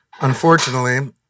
unfortunately